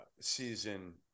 season